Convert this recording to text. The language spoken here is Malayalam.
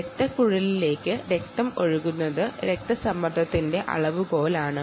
രക്തക്കുഴലിലേക്ക് രക്തം ഒഴുകുന്നത് തന്നെ രക്തസമ്മർദ്ദത്തിന്റെ അളവുകോലാണ്